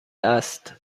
است